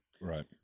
Right